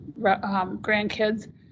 grandkids